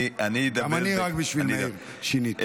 גם אני, רק בשביל מאיר שיניתי.